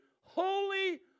holy